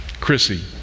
Chrissy